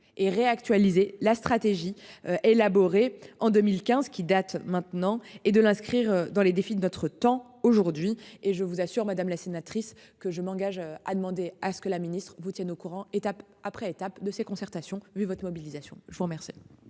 et réactualiser la stratégie élaborée en 2015 qui date maintenant et de l'inscrire dans les défis de notre temps aujourd'hui et je vous assure. Madame la sénatrice que je m'engage à demander à ce que la ministre vous tienne au courant. Étape après étape de ces concertations vu votre mobilisation je vous remercie.